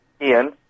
Ian